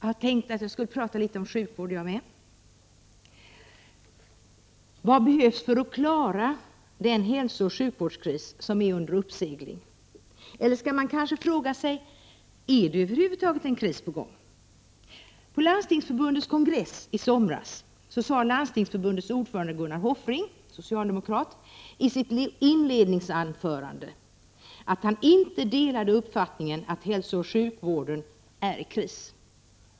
Herr talman! Jag tänkte också tala litet om sjukvård. Vad behövs för att klara den hälsooch sjukvårdskris som är under uppsegling? Eller skall man kanske fråga sig: Är det över huvud taget en kris på gång? På Landstingsförbundets kongress i somras sade Landstingsförbundets ordförande Gunnar Hofring, socialdemokrat, i sitt inledningsanförande att han inte delade uppfattningen att hälsooch sjukvården är i kris.